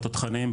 בתותחנים,